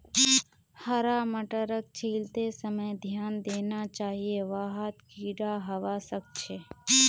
हरा मटरक छीलते समय ध्यान देना चाहिए वहात् कीडा हवा सक छे